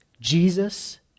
Jesus